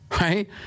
right